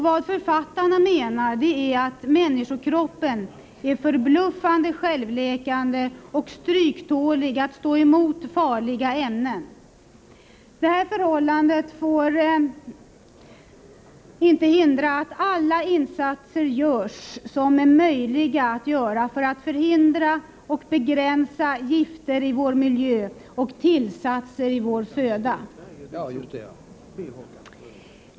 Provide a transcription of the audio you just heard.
Vad författarna menar är att människokroppen är förbluffande självläkande och stryktålig att stå emot farliga ämnen. Detta förhållande får dock inte hindra att alla insatser görs, som är möjliga att göra, för att förhindra och begränsa gifter i vår miljö och tillsatser i vår föda.